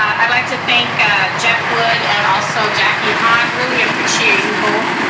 i'd like to thank jeff wood, and also jackie hann. really appreciate you both.